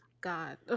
god